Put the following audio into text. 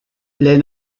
les